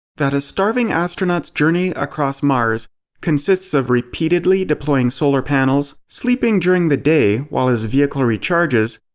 that a starving astronaut's journey across mars consists of repeatedly deploying solar panels, sleeping during the day while his vehicle recharges,